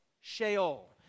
sheol